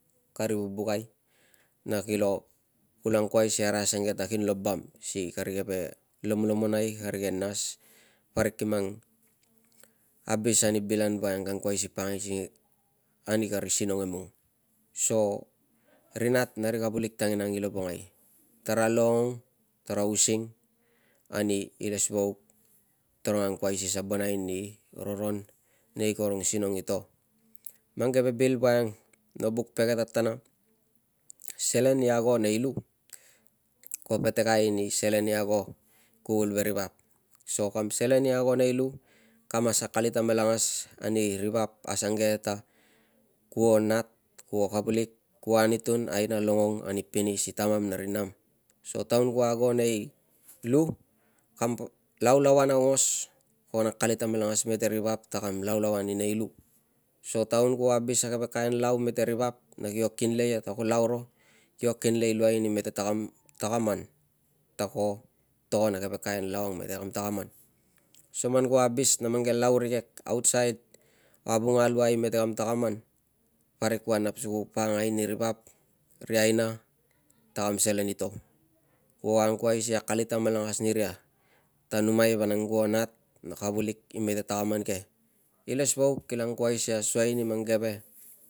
Kari vubukai na kilo kulo angkuai si arai asange ta kinlo bam si kari keve lomlomonai, kari ke nas parik i mang abis ani bil ang woiang ka angkuai si pakangai ani kari sinong emung. So ri nat na ri kavulik tanginang i lovongai, tara longong, tara using ani ilesvauk toro angkuai si sabonai ni roron nei karong sinong i to. Mang keve bil woiang no buk pege tatana, selen i ago nei lu ko petekai ni selen i ago kuvul veri vap. So kam selen i ago nei lu ka mas akalit amalangas ani ri vap asange ta kuo nat, kuo kavulik, kuo anitun, aina longong ani pini si tamam na ri nam, so taun kuo ago nei lu kam laulauan aungos kuo akalit amalangas mete ri vap ta kam laulauan i nei lu. So taun kuo abis a keve kain lau mete ri vap na kio kinle ia ta kuo lau ro kio kinlei luai ni mete takam takaman ta ko togon a keve kain lau mete kam takaman. So man kuo abis na mang keve lau rikei autsait avunga luai i mete kam takaman, parik kua nap si ku pakangai ni ri vap, ri aina ta kam selen i to. Kuo angkuai si akalit amalangas niria ta numai vanang kuo nat na kavulik i mete takaman ke. Ilesvauk kila angkuai si asuai ni mang keve